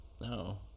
No